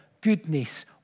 goodness